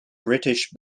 british